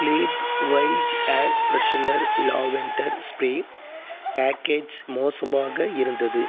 Glade wild air freshener lavender spray package மோசமாக இருந்தது